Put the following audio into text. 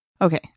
Okay